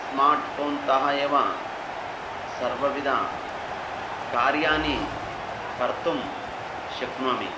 स्मार्ट्फोन्तः एव सर्वविधकार्याणि कर्तुं शक्नोमि